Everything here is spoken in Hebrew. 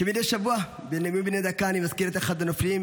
כמדי שבוע בנאומים בני הדקה אני מזכיר את אחד הנופלים,